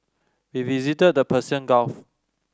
we visited the Persian Gulf